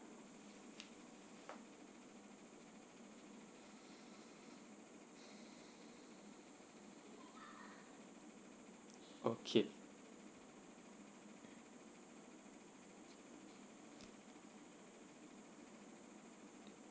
okay